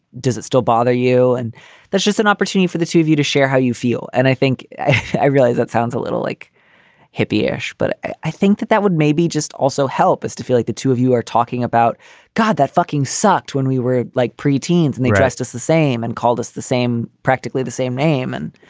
does it still bother you? and that's just an opportunity for the two of you to share how you feel. and i think i realize that sounds a little like hippy ish, but i i think that that would maybe just also help us to feel like the two of you are talking about god that fucking sucked when we were like pre-teens and they dressed us the same and called us the same, practically the same name. and